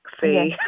see